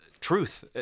truth